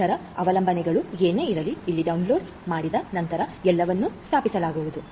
ಇತರ ಅವಲಂಬನೆಗಳು ಏನೇ ಇರಲಿ ಇಲ್ಲಿ ಡೌನ್ಲೋಡ್ ಮಾಡಿದ ನಂತರ ಎಲ್ಲವನ್ನೂ ಸ್ಥಾಪಿಸಲಾಗುವುದು